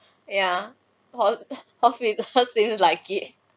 yeah oh halfway halfway like it